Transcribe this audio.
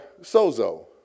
sozo